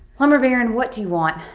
lumber baron, what do you want?